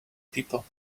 people